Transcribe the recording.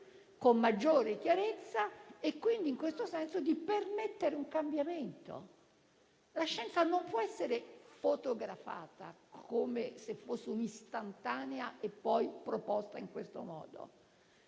con maggiore chiarezza, e quindi in questo senso permettendo un cambiamento. La scienza non può essere fotografata come se fosse un'istantanea per poi essere proposta in questo modo.